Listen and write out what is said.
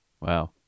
wow